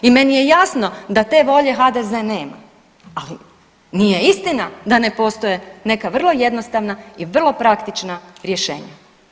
I meni je jasno da te volje HDZ nema, ali nije istina da ne postoje neka vrlo jednostavna i vrlo praktična rješenja.